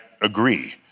agree